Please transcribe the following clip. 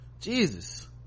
jesus